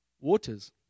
waters